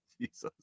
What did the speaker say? Jesus